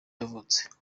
yavutse